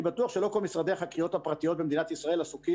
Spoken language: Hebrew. אני בטוח שלא כל משרדי החקירות הפרטיים במדינת ישראל עסוקים